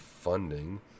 funding